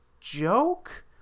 joke